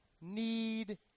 need